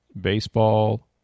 baseball